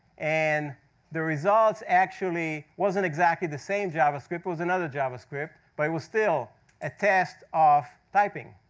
and the results actually wasn't exactly the same javascript, it was another javascript, but it was still a test of typing.